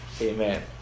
amen